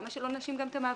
למה שלא נאשים גם את המעביד,